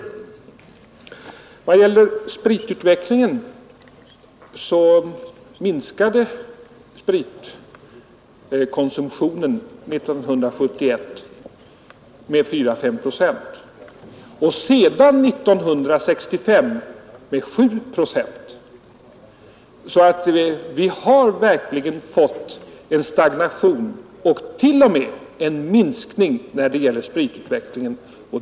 I vad gäller spritkonsumtionen är det riktigt att den minskade 1971 med 4—5 procent, men sedan 1965 har den minskat med 7 procent. Vi har verkligen fått en stagnation och t.o.m. en minskning när det gäller spritkonsumtionen.